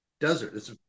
desert